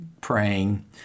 praying